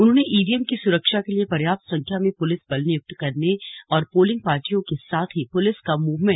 उन्होंने ईवीएम की सुरक्षा के लिए पर्याप्त संख्या में पुलिस बल नियुक्त करने और पोलिंग पार्टियों के साथ ही पुलिस का मूवमेंट कराने के निर्देश दिये